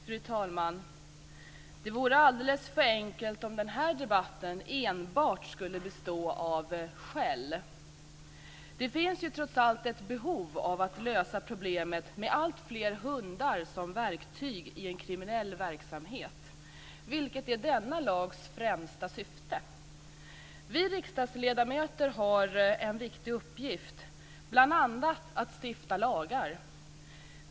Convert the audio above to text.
Fru talman! Det vore alldeles för enkelt om den här debatten enbart skulle bestå av skäll. Det finns ju trots allt ett behov av att lösa problemet med alltfler hundar som verktyg i en kriminell verksamhet, vilket är denna lags främsta syfte. Vi riksdagsledamöter har en viktig uppgift, bl.a. att stifta lagar.